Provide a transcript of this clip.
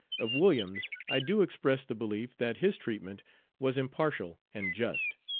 of williams i do express the belief that his treatment was impartial and just.